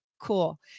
Cool